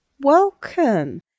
welcome